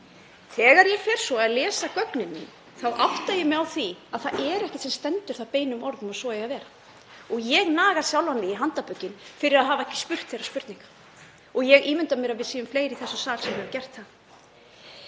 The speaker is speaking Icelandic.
Þegar ég fer svo að lesa gögnin þá átta ég mig á því að það er ekkert sem stendur þar beinum orðum að svo eigi að vera. Ég naga mig sjálfa í handarbökin fyrir að hafa ekki spurt þeirrar spurningar og ég ímynda mér að við séum fleiri í þessum sal sem höfum gert það.